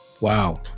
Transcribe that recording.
Wow